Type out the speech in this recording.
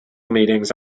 meetings